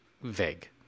vague